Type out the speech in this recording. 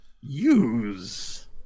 use